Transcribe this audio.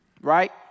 Right